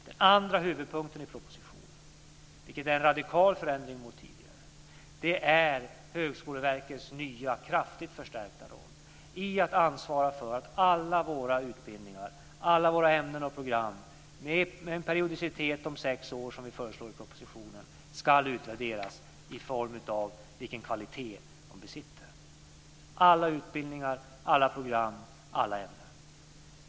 Den andra huvudpunkten i propositionen, vilket är en radikal förändring mot tidigare, är Högskoleverkets nya kraftigt förstärkta roll i att ansvara för att alla våra utbildningar, alla våra ämnen och program, med en periodicitet om sex år som vi föreslår i propositionen, ska utvärderas i form av vilken kvalitet de besitter. Det gäller alla utbildningar, alla program och alla ämnen.